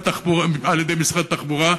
מספר התקנים על-ידי משרד התחבורה,